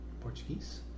Portuguese